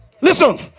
listen